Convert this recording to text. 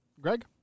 Greg